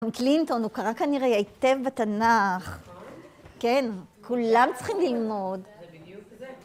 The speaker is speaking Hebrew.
קלינטון, הוא קרא כנראה היטב בתנך, כן, כולם צריכים ללמוד.